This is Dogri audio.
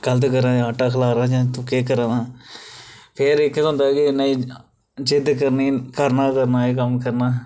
गलत करा देआं आटा खलारा देआं जां तूं केह् करा दै फिर इक केह् होंदा के नेईं जिद्द करनी करना करना एह् कम्म करना